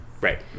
Right